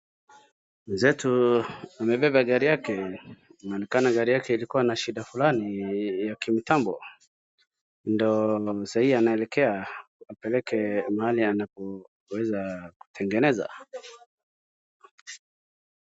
Mwenzetu amebeba gari yake, inaonekana gari yake ilikua na shida fulani ya kimtambo ndo saa hii anaelekea apeleke mahali anapoweza kutengeneza.